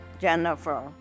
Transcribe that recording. jennifer